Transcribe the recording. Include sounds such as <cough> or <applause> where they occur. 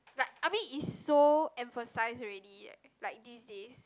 like I mean is so emphasise already <noise> like these days